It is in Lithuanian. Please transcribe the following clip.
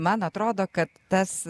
man atrodo kad tas